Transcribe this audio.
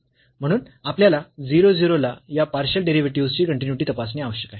म्हणून आपल्याला 0 0 ला या पार्शियल डेरिव्हेटिव्हस् ची कन्टीन्यूईटी तपासणे आवश्यक आहे